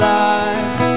life